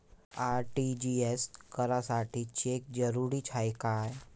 RTGS करासाठी cheque जरुरीचा हाय काय?